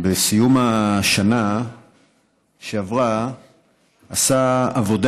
בסיום השנה שעברה עשה עבודה